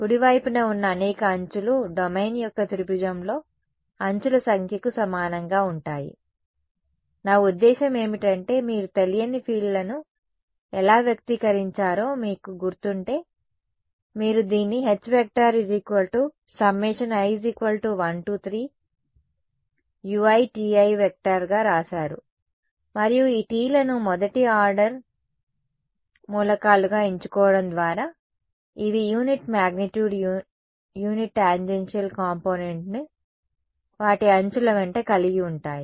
కుడివైపున ఉన్న అనేక అంచులు డొమైన్ యొక్క త్రిభుజంలో అంచుల సంఖ్యకు సమానంగా ఉంటాయి నా ఉద్దేశ్యం ఏమిటంటే మీరు తెలియని ఫీల్డ్లను ఎలా వ్యక్తీకరించారో మీకు గుర్తుంటే మీరు దీన్ని Hi13uiTi గా వ్రాశారు మరియు ఈ T లను మొదటి ఆర్డర్ విట్నీ మూలకాలుగా ఎంచుకోవడం ద్వారా ఇవి యూనిట్ మాగ్నిట్యూడ్ యూనిట్ టాంజెన్షియల్ కాంపోనెంట్ను వాటి అంచుల వెంట కలిగి ఉంటాయి